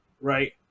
right